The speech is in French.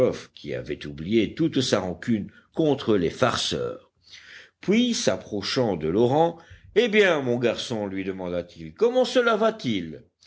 qui avait oublié toute sa rancune contre les farceurs puis s'approchant de l'orang eh bien mon garçon lui demanda-t-il comment cela va-t-il